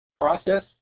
process